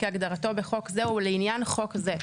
כהגדרתו בחוק זה הוא לעניין חוק זה.